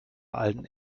alten